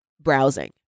browsing